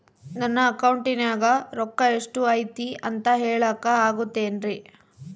ನನ್ನ ಅಕೌಂಟಿನ್ಯಾಗ ರೊಕ್ಕ ಎಷ್ಟು ಐತಿ ಅಂತ ಹೇಳಕ ಆಗುತ್ತೆನ್ರಿ?